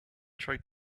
tried